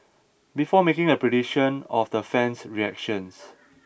before making a prediction of their fan's reactions